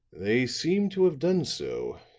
they seem to have done so,